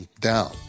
down